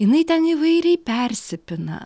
jinai ten įvairiai persipina